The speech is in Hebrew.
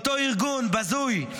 אותו ארגון בזוי,